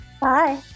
Bye